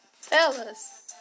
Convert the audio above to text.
Fellas